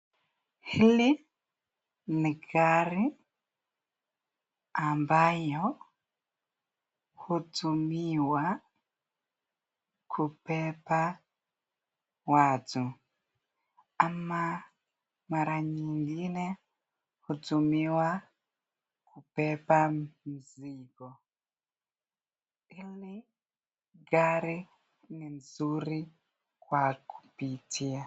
Hili ni gari ambayo, hutumiwa, kubeba watu. Ama mara nyingine hutumiwa kubeba mizigo. Hili gari ni mzuri kwa kupitia.